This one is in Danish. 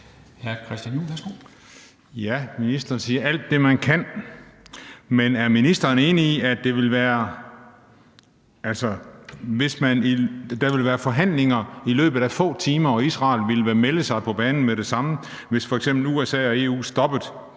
Ministeren siger: Alt det, man kan. Men er ministeren enig i, at der ville være forhandlinger i løbet af få timer, og at Israel ville melde sig på banen med det samme, hvis f.eks. USA og EU stoppede